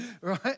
right